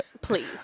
Please